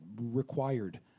required